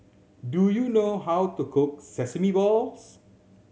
do you know how to cook sesame balls